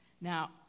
Now